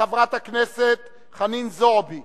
מחברת הכנסת חנין זועבי